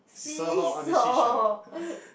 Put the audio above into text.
saw her on the sea shore